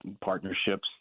partnerships